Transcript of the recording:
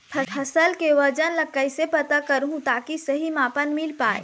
फसल के वजन ला कैसे पता करहूं ताकि सही मापन मील पाए?